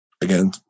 Again